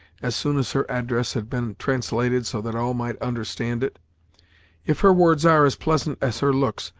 as soon as her address had been translated so that all might understand it if her words are as pleasant as her looks,